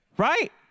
right